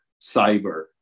cyber